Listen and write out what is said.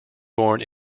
born